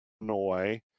Illinois